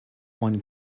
one